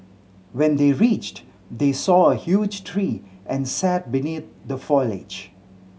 when they reached they saw a huge tree and sat beneath the foliage